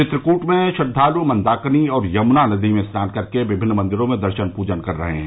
चित्रकूट में श्रद्वाल मंदाकिनी और यमुना नदी में स्नान कर के विमिन्न मंदिरों में दर्शन पूजन कर रहे हैं